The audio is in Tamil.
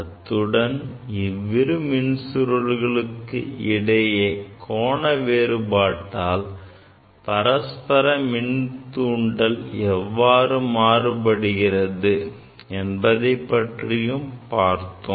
அத்துடன் இவ்விரு மின்சுருள்களுக்கு இடைப்பட்ட கோண வேறுபாட்டால் பரஸ்பர மின் தூண்டல் எவ்வாறு மாறுபடுகிறது என்பதைப் பற்றியும் பார்த்தோம்